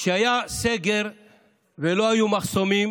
כשהיה סגר ולא היו מחסומים,